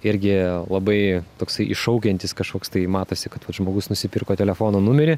irgi labai toksai iššaukiantis kažkoks tai matosi kad vat žmogus nusipirko telefono numerį